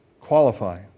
qualify